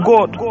God